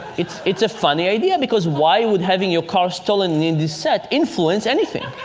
it's it's a funny idea, because why would having your car stolen, in this set, influence anything?